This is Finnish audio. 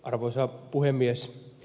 arvoisa puhemies